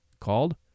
called